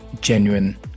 genuine